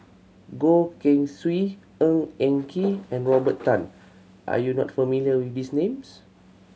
Goh Keng Swee Ng Eng Kee and Robert Tan are you not familiar with these names